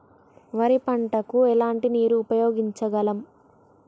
వరి పంట కు ఎలాంటి నీరు ఉపయోగించగలం?